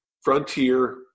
Frontier